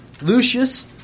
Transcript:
Lucius